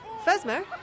Fesmer